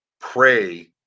pray